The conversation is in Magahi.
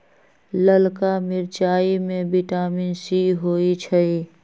ललका मिरचाई में विटामिन सी होइ छइ